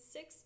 Six